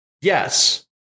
Yes